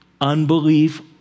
unbelief